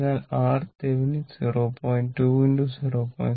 അതിനാൽ RThevenin 0